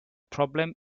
problem